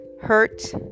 hurt